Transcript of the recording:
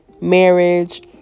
marriage